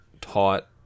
taught